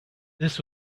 this